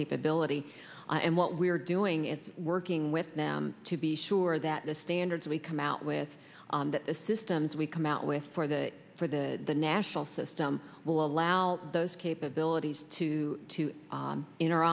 capability and what we're doing is working with them to be sure that the standards we come out with that the systems we come out with for the for the national system will allow those capabilities to to